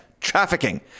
trafficking